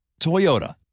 Toyota